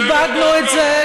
כיבדנו את זה,